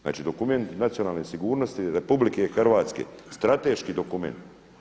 Znači dokument nacionalne sigurnost RH strateški dokument.